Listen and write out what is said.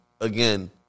again